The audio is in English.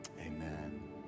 Amen